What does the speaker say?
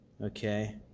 Okay